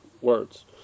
words